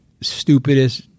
stupidest